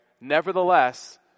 nevertheless